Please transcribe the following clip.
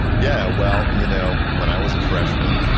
yeah. well, you know when i was a freshman,